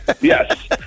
Yes